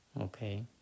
Okay